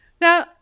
now